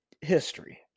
history